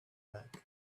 back